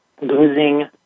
losing